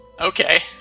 Okay